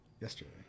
yesterday